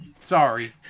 Sorry